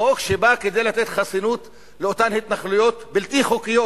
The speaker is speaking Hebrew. חוק שבא כדי לתת חסינות לאותן התנחלויות בלתי חוקיות.